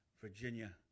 Virginia